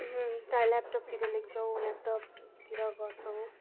त्यहाँ ल्यापटपतिर लेख्छौँ ल्यापटपतिर गर्छौँ